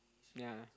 yea